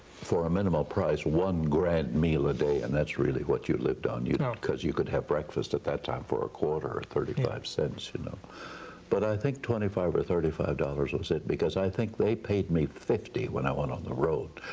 for a minimum price, one grand meal a day and that's really what you lived on you know cause you could have breakfast at that time for a quarter or thirty-five cents. you know but i think twenty five or thirty five dollars was it, because i think they paid me fifty when i went on the road,